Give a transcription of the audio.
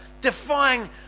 defying